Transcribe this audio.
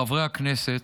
חברי הכנסת,